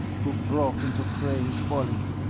who broke into cray's folly.